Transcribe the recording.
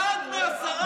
אחד מעשרה.